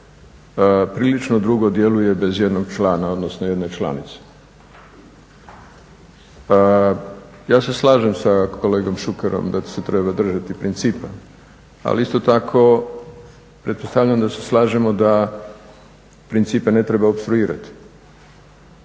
prilično dugo djeluje bez jednog člana odnosno jedne članice. Ja se slažem s kolegom Šukerom da se treba držati principa ali isto tako pretpostavljam da se slažemo da principe ne treba opstruirati